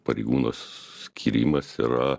pareigūno skyrimas yra